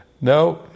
no